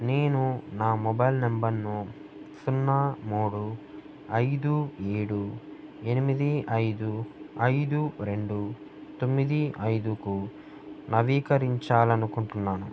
నేను నా మొబైల్ నెంబర్ను సున్నా మూడు ఐదు ఏడు ఎనిమిది ఐదు ఐదు రెండు తొమ్మిది ఐదుకు నవీకరించాలి అనుకుంటున్నాను